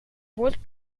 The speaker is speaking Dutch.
bord